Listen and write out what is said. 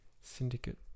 syndicate